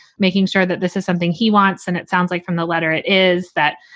making sure that this is something he wants and it sounds like from the letter it is that,